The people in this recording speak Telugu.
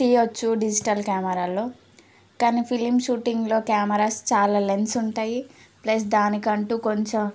తీయవచ్చు డిజిటల్ కెమెరాలో కానీ ఫిలిమ్ షూటింగ్లో కెమెరాస్ చాలా లెన్స్ ఉంటాయి ప్లస్ దానికంటూ కొంచెం